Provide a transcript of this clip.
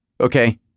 okay